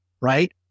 Right